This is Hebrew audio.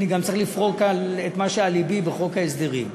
אני גם צריך לפרוק את מה שעל לבי בחוק ההסדרים: